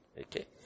Okay